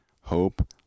hope